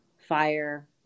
fire